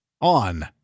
on